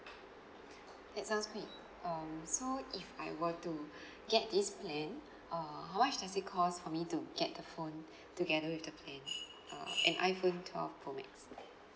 that sounds great um so if I were to get this plan err how much does it cost for me to get the phone together with the plan uh an iphone twelve pro max